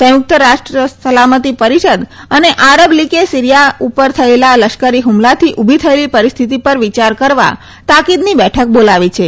સંયુક્ત રાષ્ટ્ર સલામતી પરિષદ અને આરબ લીગે સીરીથા ઉપર થયેલા લશ્કરી હ્મલાથી ઉભી થયેલી પરિસ્થિતિ પર વિયાર કરવા તાકીદની બેઠક બોલાવી છે